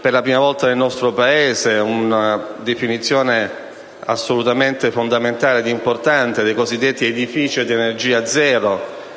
per la prima volta nel nostro Paese, di una definizione assolutamente fondamentale ed importante: quella dei cosiddetti edifici «ad energia quasi